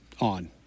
on